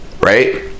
right